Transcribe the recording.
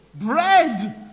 Bread